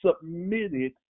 submitted